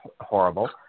horrible